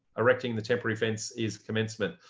erecting the temporary fence is commencement.